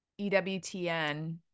EWTN